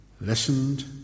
listened